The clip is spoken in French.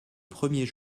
premier